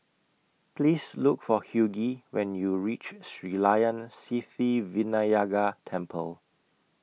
Please Look For Hughey when YOU REACH Sri Layan Sithi Vinayagar Temple